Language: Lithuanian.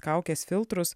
kaukes filtrus